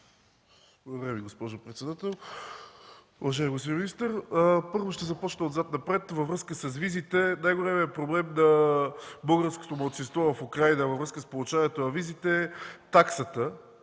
Благодаря Ви, госпожо председател.